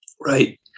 right